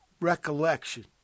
recollection